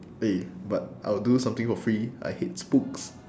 eh but I'll do something for free I hate spooks